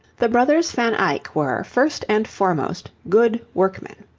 the brothers van eyck were, first and foremost, good workmen.